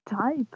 type